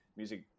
music